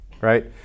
right